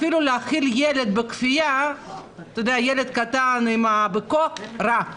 אפילו להאכיל ילד קטן בכפייה ובכוח זה רע.